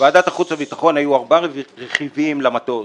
בוועדת החוץ והביטחון היו ארבעה רכיבים למטוס,